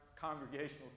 congregational